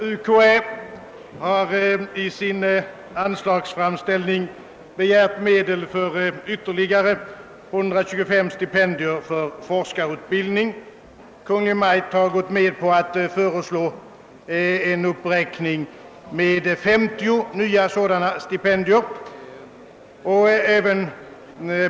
UKAÄ har i sin anslagsframställning begärt medel för ytterligare 125 stipendier för forskarutbildning, medan Kungl. Maj:t har gått med på att föreslå en uppräkning med 50 nya sådana stipendier.